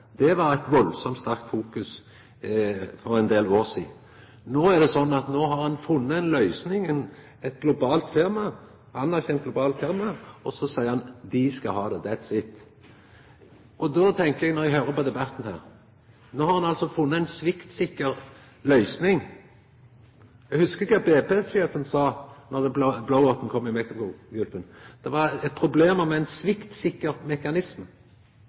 Det var ei veldig sterk fokusering på det for ein del år sidan. No har ein funne ei løysing, eit anerkjent, globalt firma, og så seier ein: Dei skal ha det, that’s it. Då tenkjer eg, når eg høyrer på debatten her: No har ein altså funne ei sviktsikker løysing. Eg hugsar kva BP-sjefen sa da blow-outen kom i Mexicogolfen – det var problem med ein «sviktsikker» mekanisme. Sånn som opposisjonen, spesielt Framstegspartiet – det